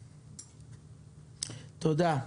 תודה.